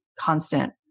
constant